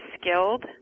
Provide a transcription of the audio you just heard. skilled